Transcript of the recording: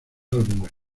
álbumes